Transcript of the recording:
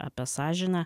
apie sąžinę